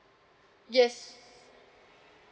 yes